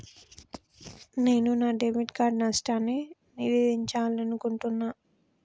నేను నా debit card నష్టాన్ని నివేదించాలనుకుంటున్నా